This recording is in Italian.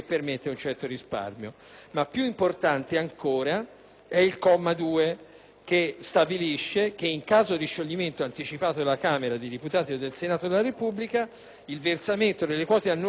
importante perché stabilisce che in caso di scioglimento anticipato della Camera dei deputati o del Senato della Repubblica il versamento delle quote annuali e dei relativi rimborsi è interrotto.